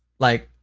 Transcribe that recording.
like,